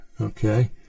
okay